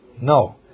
No